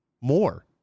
more